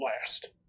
last